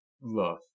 love